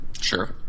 Sure